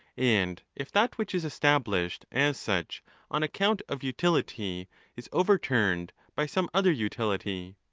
and if that which is established as such on account of utility is overturned by some other utility.